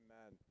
Amen